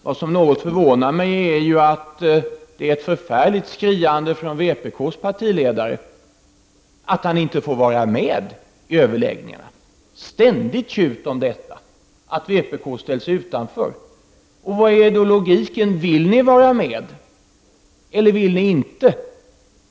Det som något förvånar mig är att det är ett förfärligt skriande från vpk:s partiledare om att han inte får vara med i överläggningarna. Det är ett ständigt tjut om att vpk ställs utanför! Var finns logiken? Vill ni vara med, eller vill ni inte?